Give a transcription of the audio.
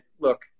look